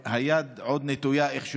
והיד עוד נטויה, איך שאומרים.